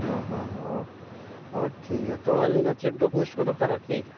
ᱚ ᱦᱚᱸ ᱚ ᱦᱚᱸ ᱴᱷᱤᱠ ᱜᱮᱭᱟ ᱛᱚ ᱟᱹᱞᱤᱧ ᱫᱚ ᱪᱮᱫ ᱰᱚᱠᱳᱢᱮᱱᱴᱥ ᱠᱚ ᱫᱚᱨᱠᱟᱨᱟ ᱠᱤ